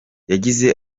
yagize